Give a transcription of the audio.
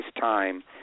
time